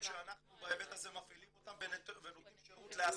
שאנחנו בהיבט הזה מפעילים אותם ונותנים שירות להשמה.